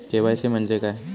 KYC म्हणजे काय?